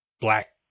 black